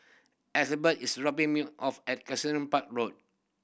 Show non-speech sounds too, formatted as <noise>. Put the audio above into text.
<unintelligible> is robbing me off at <unintelligible> Park Road